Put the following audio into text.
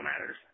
matters